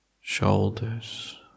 shoulders